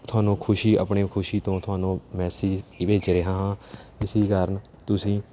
ਤੁਹਾਨੂੰ ਖੁਸ਼ੀ ਆਪਣੇ ਖੁਸ਼ੀ ਤੋਂ ਤੁਹਾਨੂੰ ਮੈਸਿਜ ਹੀ ਭੇਜ ਰਿਹਾ ਹਾਂ ਕਿਸ ਕਾਰਨ ਤੁਸੀਂ